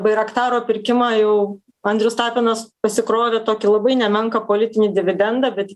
bairaktro pirkimą jau andrius tapinas pasikrovė tokį labai nemenką politinį dividendą bet